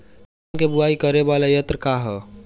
धान के बुवाई करे वाला यत्र का ह?